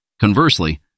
Conversely